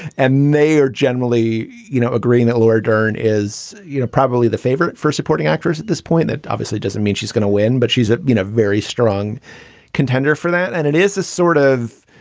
and they are generally, you know, agreeing that laura dern is, you know, probably the favorite for supporting actress at this point. that obviously doesn't mean she's going to win, but she's a you know very strong contender for that. and it is a sort of